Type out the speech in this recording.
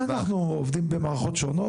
לא, מה אנחנו עובדים על פי מערכות שונות?